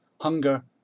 hunger